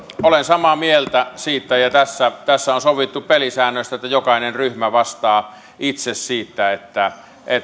olen samaa mieltä siitä tässä on sovittu pelisäännöistä että jokainen ryhmä vastaa itse siitä että